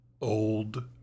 old